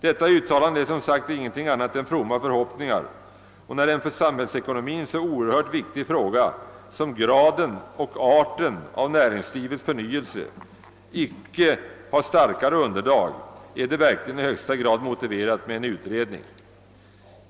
Detta uttalande bygger som sagt inte på någonting annat än fromma förhoppningar, och när ett antagande beträffande en för samhällsekonomin så oerhört viktig fråga som graden och arten av näringslivets förnyelse icke har starkare underlag är det i högsta grad motiverat med en utredning.